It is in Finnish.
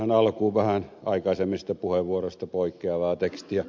tähän alkuun vähän aikaisemmista puheenvuoroista poikkeavaa tekstiä